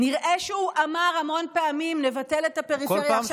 נראה שהוא אמר המון פעמים "נבטל את הפריפריה".